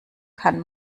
kann